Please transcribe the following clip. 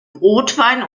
rotwein